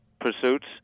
pursuits